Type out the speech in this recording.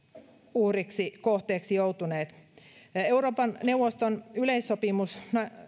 uhreiksi kohteiksi joutuneet euroopan neuvoston yleissopimus